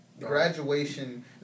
graduation